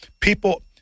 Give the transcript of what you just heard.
people